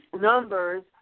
numbers